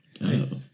Nice